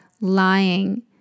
lying